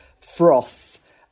froth